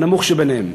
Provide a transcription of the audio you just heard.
הנמוך ביניהם.